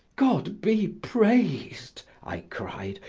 god be praised! i cried,